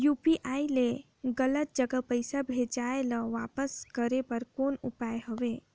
UPI ले गलत जगह पईसा भेजाय ल वापस करे बर कौन उपाय हवय?